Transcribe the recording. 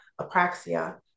apraxia